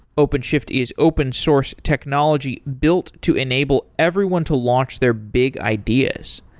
openshift is open source technology built to enable everyone to launch their big ideas.